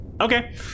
Okay